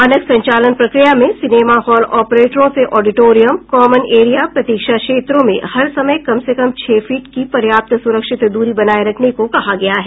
मानक संचालन प्रक्रिया में सिनेमा हॉल ऑपरेटरों से ऑडिटोरियम कॉमन एरिया प्रतीक्षा क्षेत्रों में हर समय कम से कम छह फीट की पर्याप्त सुरक्षित द्ररी बनाये रखने को कहा गया है